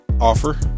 Offer